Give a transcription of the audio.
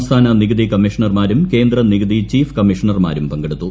സംസ്ഥാനനികുതി കമ്മീഷണർമാരും കേന്ദ്ര നികുതി ചീഫ് കമ്മീഷണർമാരും പങ്കെടുത്തു